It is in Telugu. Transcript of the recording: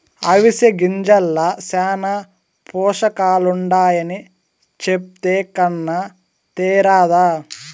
అవిసె గింజల్ల శానా పోసకాలుండాయని చెప్పే కన్నా తేరాదా